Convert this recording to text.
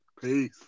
Peace